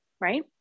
Right